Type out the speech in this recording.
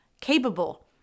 capable